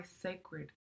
sacred